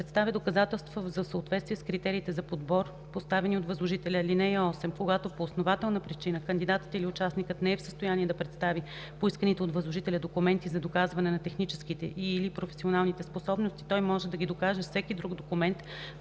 представя доказателства за съответствие с критериите за подбор, поставени от възложителя. (8) Когато по основателна причина кандидатът или участникът не е в състояние да представи поисканите от възложителя документи за доказване на техническите и/или професионалните способности, той може да ги докаже с всеки друг документ,